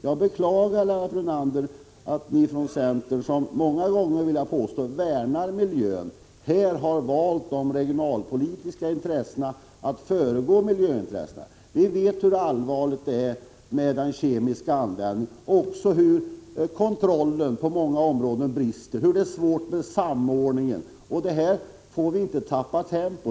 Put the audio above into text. Jag beklagar, Lennart Brunander, att ni från centern, som många gånger — det vill jag påstå — värnar om miljön, här har satt de regionalpolitiska intressena framför miljöintressena. Vi vet hur allvarlig användningen av kemikalier kan vara ur miljösynpunkt och att kontrollen på många områden är bristfällig. Det är svårt med samordningen osv. Därför får vi inte tappa tempo.